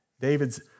David's